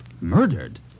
Murdered